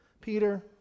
Peter